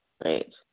great